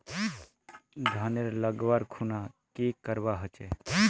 धानेर लगवार खुना की करवा होचे?